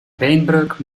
beenbreuk